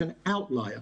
an outlier,